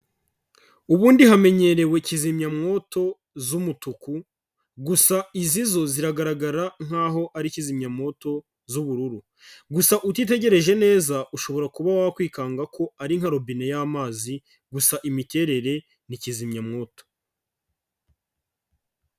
Ubundi hamenyerewe kizimyamwoto z'umutuku gusa izi zo ziragaragara nkaho ari kizimyamwoto z'ubururu. Gusa utitegereje neza ushobora kuba wakwikanga ko ari nka robine y'amazi, gusa imiterere ni kizimyamwoto.